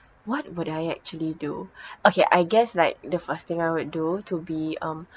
what would I actually do okay I guess like the first thing I would do to be um